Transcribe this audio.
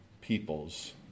peoples